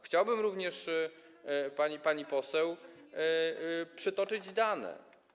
Chciałbym również, pani poseł, przytoczyć dane.